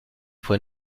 fue